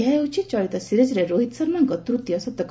ଏହା ହେଉଛି ଚଳିତ ସିରିକ୍ରେ ରୋହିତ ଶର୍ମାଙ୍କ ତୃତୀୟ ଶତକ